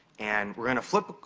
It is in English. and we're gonna flip, oh,